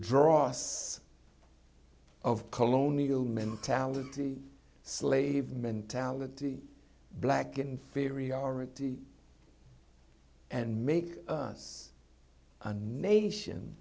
dross of colonial mentality slave mentality black inferiority and make us a nation